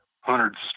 hundreds